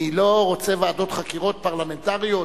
אני לא רוצה ועדות חקירה פרלמנטריות